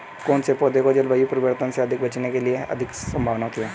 कौन से पौधे को जलवायु परिवर्तन से बचने की सबसे अधिक संभावना होती है?